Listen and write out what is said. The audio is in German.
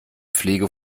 pflege